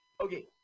okay